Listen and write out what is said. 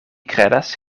kredas